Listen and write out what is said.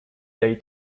they